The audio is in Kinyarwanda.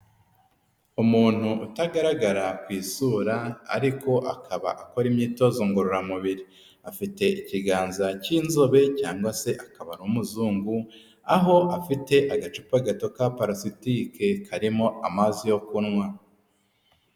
Umuntu utagaragara ku isura, ariko akaba akora imyitozo ngororamubiri, afite ikiganza cy'inzobe cyangwa se akaba ari umuzungu, aho afite agacupa gato ka palasitike karimo amazi yo kunywa.